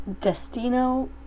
Destino